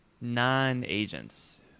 Non-agents